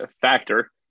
factor